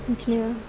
बिदिनो